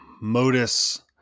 modus